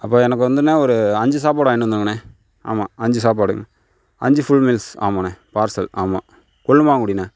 அப்போது எனக்கு வந்துண்ணா ஒரு அஞ்சு சாப்பாடு வாங்கிட்டு வந்துடுங்கண்ணா ஆமா அஞ்சு சாப்பாடு அஞ்சு ஃபுல்மீல்ஸ் ஆமாண்ணா பார்சல் ஆமா கொல்லுமாங்குடிண்ணா